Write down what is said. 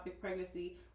pregnancy